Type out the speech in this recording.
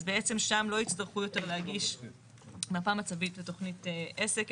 אז בעצם שם לא יצטרכו יותר להגיש מפה מצבית ותכנית עסק,